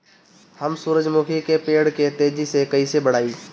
हम सुरुजमुखी के पेड़ के तेजी से कईसे बढ़ाई?